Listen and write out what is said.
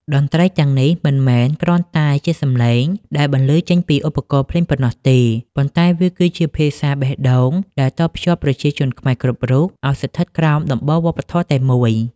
តន្ត្រីទាំងនេះមិនមែនគ្រាន់តែជាសម្លេងដែលបន្លឺចេញពីឧបករណ៍ភ្លេងប៉ុណ្ណោះទេ ប៉ុន្តែវាគឺជាភាសាបេះដូងដែលតភ្ជាប់ប្រជាជនខ្មែរគ្រប់រូបឱ្យស្ថិតក្រោមដំបូលវប្បធម៌តែមួយ។